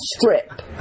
strip